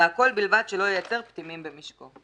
והכול בלבד שלא ייצר פטמים במשקו".